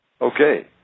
Okay